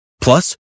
Plus